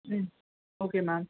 ம் okay ma'am